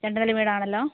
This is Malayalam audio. രണ്ട് നില വീടാണല്ലോ